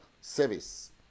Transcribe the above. service